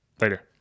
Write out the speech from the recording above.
Later